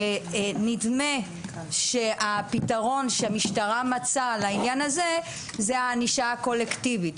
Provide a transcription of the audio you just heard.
ונדמה שהפתרון שהמשטרה מצאה לעניין הזה זה הענישה הקולקטיבית.